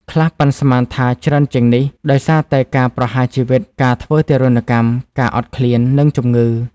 ខ្លះប៉ាន់ស្មានថាច្រើនជាងនេះ ដោយសារតែការប្រហារជីវិត ការធ្វើទារុណកម្ម ការអត់ឃ្លាន និងជំងឺ។